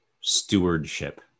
stewardship